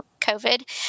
COVID